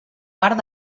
part